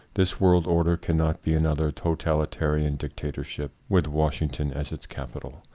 this world order can not be another totalitarian dictatorship with washington as its capital.